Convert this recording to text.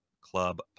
Club